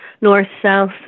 north-south